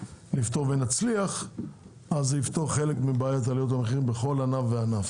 זה יפתור גם חלק מבעיות עליות המחירים בשאר הענפים.